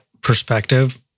perspective